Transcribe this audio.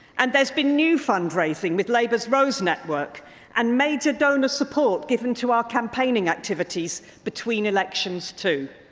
and there has been new fundraising with labour's rose network and major donor support given to ah campaigning activities between elections too.